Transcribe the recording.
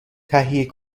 تهیه